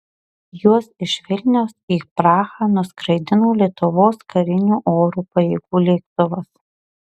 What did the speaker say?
juos iš vilniaus į prahą nuskraidino lietuvos karinių oro pajėgų lėktuvas